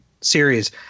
series